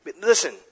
Listen